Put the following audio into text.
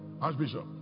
Archbishop